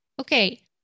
Okay